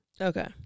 Okay